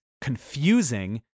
confusing